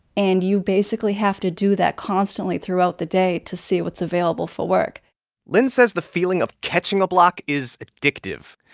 and you basically have to do that constantly throughout the day to see what's available for work lynne says the feeling of catching a block is addictive.